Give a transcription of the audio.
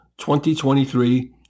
2023